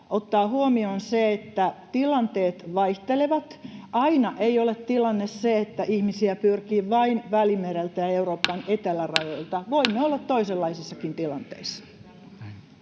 ottaa huomioon se, että tilanteet vaihtelevat. Aina ei ole tilanne se, että ihmisiä pyrkii vain Välimereltä ja Euroopan etelärajoilta — voimme olla toisenlaisissakin tilanteissa.